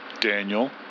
Daniel